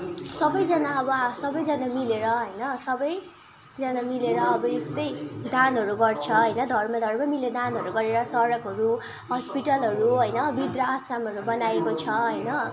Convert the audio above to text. सबैजना अब सबैजना मिलेर होइन सबैजना मिलेर अब यस्तै दानहरू गर्छ होइन धर्म धर्म मिलेर दानहरू गरेर सडकहरू हस्पिटलहरू होइन वृद्ध आश्रमहरू बनाएको छ होइन